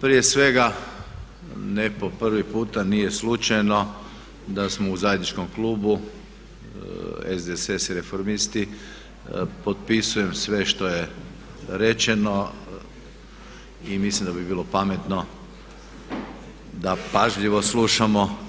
prije svega ne po prvi puta nije slučajno da smo u zajedničkom klubu SDSS i Reformisti, potpisujem sve što je rečeno i mislim da bi bilo pametno da pažljivo slušamo.